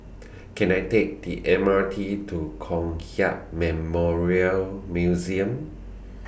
Can I Take The M R T to Kong Hiap Memorial Museum